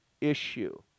issue